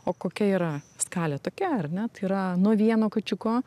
o kokia yra skalė tokia ar ne tai yra nuo vieno kačiuko